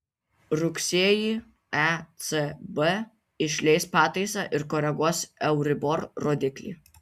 rugsėjį ecb išleis pataisą ir koreguos euribor rodiklį